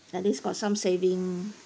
at least got some saving